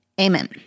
amen